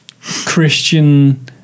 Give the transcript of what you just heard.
Christian